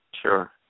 Sure